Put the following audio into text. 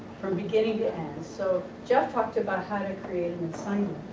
from beginning to end so jeff talked about how to create an assignment